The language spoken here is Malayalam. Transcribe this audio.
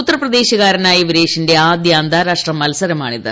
ഉത്തർപ്രദേശുകാരനായ വിരേഷിന്റെ ആദ്യ അന്താരാഷ്ട്ര മത്സരമാണിത്